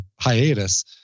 hiatus